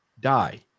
die